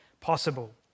possible